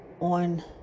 On